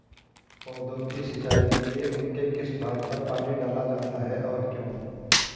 पौधों की सिंचाई के लिए उनके किस भाग पर पानी डाला जाता है और क्यों?